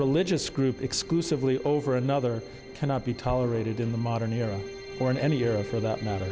religious group exclusively over another cannot be tolerated in the modern era or in any or for that matter